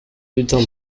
hutin